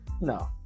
No